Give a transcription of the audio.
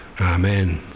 Amen